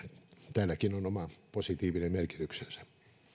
tälläkin on oma positiivinen merkityksensä